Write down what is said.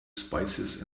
spices